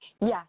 Yes